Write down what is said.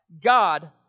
God